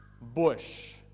bush